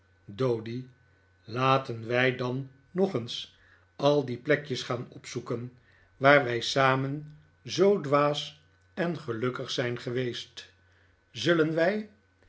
doady laten wij dan nog eens al die plekjes gaan opzoeken waar wij samen dora en agnes zoo dwaas en gelukkig zijn geweest zullen wij